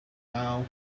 now